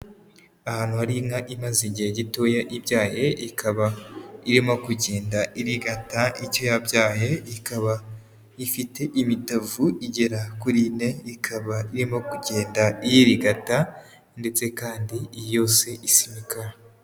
Ahantu hari inka imaze igihe gitoya ibyaye, ikaba irimo kugenda irigata icyo yabyaye, ikaba ifite imitavu igera kuri ine, ikaba irimo kugenda iyirigata ndetse kandi yose isa imikara.